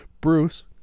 Bruce